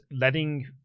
letting